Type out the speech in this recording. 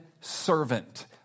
Servant